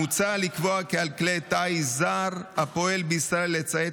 מוצע לקבוע כי על כלי טיס זר הפועל בישראל לציית